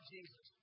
Jesus